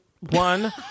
one